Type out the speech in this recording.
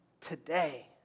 today